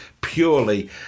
purely